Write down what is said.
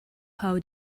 how